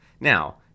Now